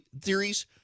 theories